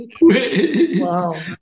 Wow